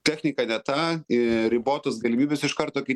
technika ne ta ribotos galimybės iš karto kai